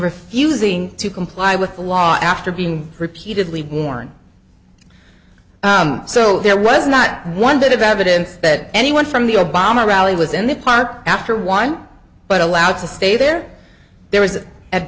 refusing to comply with the law after being repeatedly warned so there was not one bit of evidence that anyone from the obama rally was in the park after one but allowed to stay there there was at